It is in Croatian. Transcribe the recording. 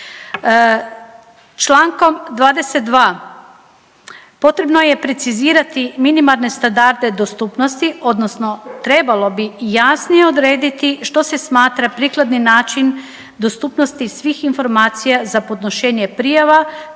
Čl. 22 potrebno je precizirati minimalne standarde dostupnosti, odnosno trebalo bi jasnije odrediti što se smatra prikladni način dostupnosti svih informacija za podnošenje prijava